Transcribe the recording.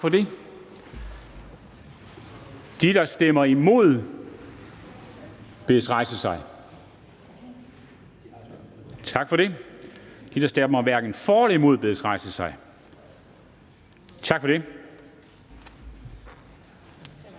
Tak for det. De medlemmer, der stemmer imod, bedes rejse sig. Tak for det. De medlemmer, der stemmer hverken for eller imod, bedes rejse sig. Tak for det.